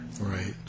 Right